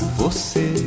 você